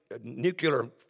nuclear